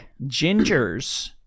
Gingers